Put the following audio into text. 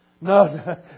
No